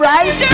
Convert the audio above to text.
Right